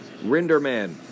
RenderMan